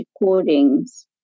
recordings